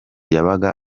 yabaga